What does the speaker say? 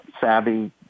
savvy